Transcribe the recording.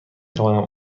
توانم